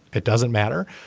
it doesn't matter.